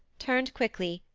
turned quickly,